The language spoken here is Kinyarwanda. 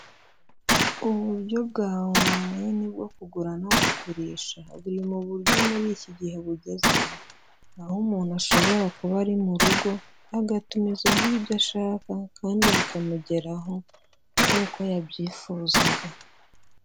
Uburyo bwa onurayini bwo kugura no kugurisha, buri mu buryo muri iki gihe bugezweho, aho umuntu ashobora kuba ari mu rugo agatumizaho ibyo ashaka kandi bikamugeraho nk'uko yabyifuzaga.